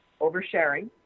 oversharing